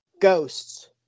ghosts